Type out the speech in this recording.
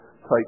type